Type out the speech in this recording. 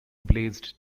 blazed